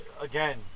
again